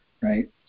right